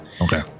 Okay